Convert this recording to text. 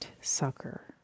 sucker